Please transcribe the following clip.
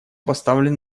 поставлен